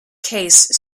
case